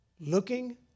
looking